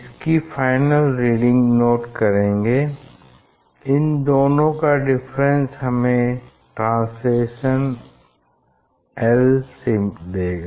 इसकी final reading note करेंगे इन दोनों का डिफरेंस हमें ट्रांसलेशन l देगा